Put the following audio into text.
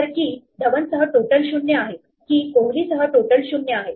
तर key धवनसह total 0 आहेkey कोहलीसह टोटल 0 आहे